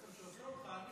זה לחם שעושה אותך עני.